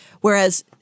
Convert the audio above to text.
whereas